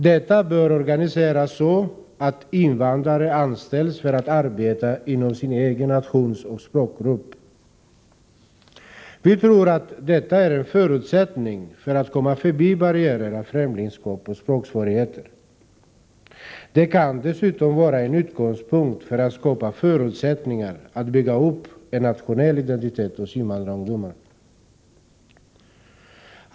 Detta bör organiseras så att invandrare anställs för att arbeta inom sin egen nationalitetsoch språkgrupp. Vi tror att detta är en förutsättning för att komma förbi barriärerna främlingskap och språksvårigheter. Det kan dessutom vara en utgångspunkt för att skapa förutsättningar för att bygga upp en nationell identitet hos invandrarungdomarna.